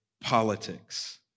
politics